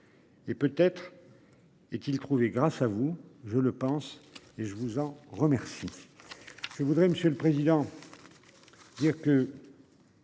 Et peut être. Et qu'il trouvait grâce à vous, je le pense et je vous en remercie.